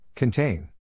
Contain